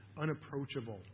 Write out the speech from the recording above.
unapproachable